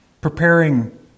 preparing